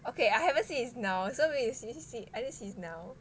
okay I haven't see his now so wait you see see I just see his now